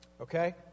Okay